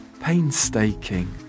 Painstaking